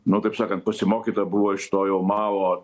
nu taip sakant pasimokyta buvo iš to jau mao